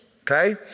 Okay